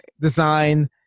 design